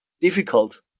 difficult